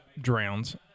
drowns